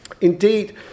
Indeed